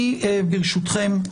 ברשותכם,